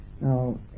now